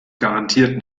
garantiert